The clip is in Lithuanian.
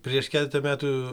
prieš keletą metų